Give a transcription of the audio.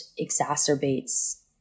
exacerbates